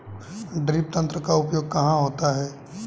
Drip तंत्र का उपयोग कहाँ होता है?